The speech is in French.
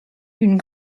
d’une